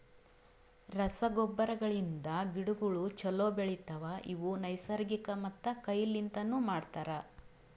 ರಸಗೊಬ್ಬರಗಳಿಂದ್ ಗಿಡಗೋಳು ಛಲೋ ಬೆಳಿತವ, ಇವು ನೈಸರ್ಗಿಕ ಮತ್ತ ಕೈ ಲಿಂತನು ಮಾಡ್ತರ